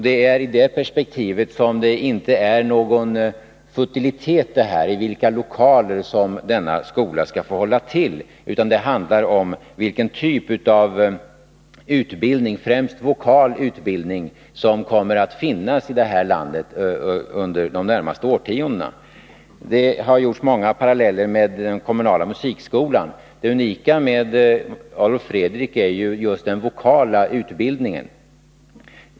Det är i det perspektivet som frågan om i vilka lokaler denna skola skall få hålla till inte är någon futilitet, utan det handlar om vilken typ av utbildning, främst vokal utbildning, som kommer att finnas i detta land under de närmaste årtiondena. Det har dragits många paralleller med den kommunala musikskolan. Det unika med Adolf Fredriks musikskola är just den vokala utbildningen.